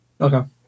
Okay